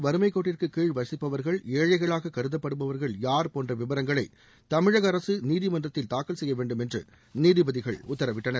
வறுமைக் கோட்டிற்கு கீழ் வசிப்பவர்கள் ஏழைகளாக கருதப்படுபவர்கள் யார் போன்ற விவரங்களை தமிழக அரசு நீதிமன்றத்தில் தாக்கல் செய்ய வேண்டும் என்று நீதிபதிகள் உத்தரவிட்டனர்